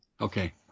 Okay